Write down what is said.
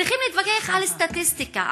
צריכים להתווכח על סטטיסטיקה,